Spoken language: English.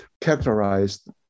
characterized